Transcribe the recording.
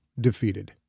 defeated